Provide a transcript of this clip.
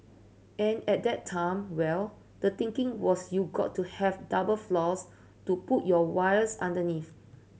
and at that time well the thinking was you got to have double floors to put your wires underneath